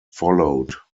followed